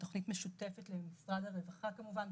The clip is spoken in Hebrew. התוכנית משותפת למשרד הרווחה כמובן,